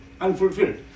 unfulfilled